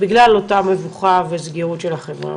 בגלל אותה מבוכה וסגירות של החברה,